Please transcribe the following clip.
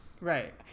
Right